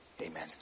Amen